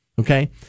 Okay